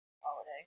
holiday